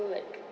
feel like